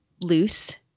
loose